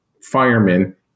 firemen